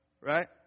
Right